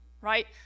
right